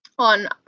On